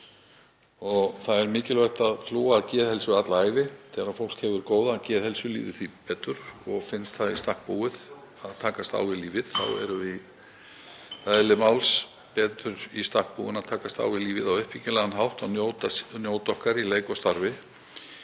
Það er mikilvægt að hlúa að geðheilsu alla ævi. Þegar fólk hefur góða geðheilsu líður því betur og finnst það í stakk búið að takast á við lífið. Þá erum við eðli máls samkvæmt betur í stakk búin að takast á við lífið á uppbyggilegan hátt og njóta okkar í leik og starfi.